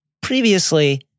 previously